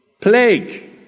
plague